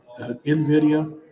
NVIDIA